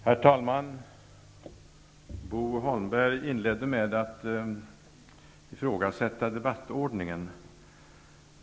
Herr talman! Bo Holmberg inledde med att ifrågasätta debattordningen.